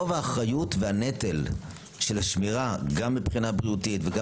רוב האחריות והנטל של השמירה גם מבחינה בריאותית וגם